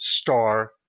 star